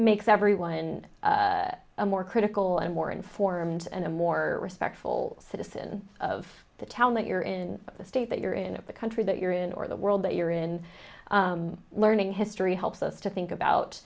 makes everyone a more critical and more informed and more respectful citizen of the town that you're in the state that you're in the country that you're in or the world that you're in learning history helps us to think about